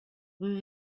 rue